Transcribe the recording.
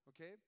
Okay